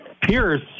Pierce